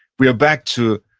we're back to